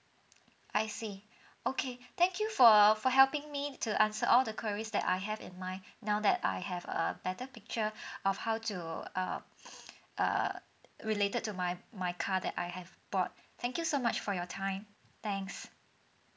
I see okay thank you for for helping me to answer all the queries that I have in mind now that I have a better picture of how to err err related to my my car that I have bought thank you so much for your time thanks